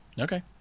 okay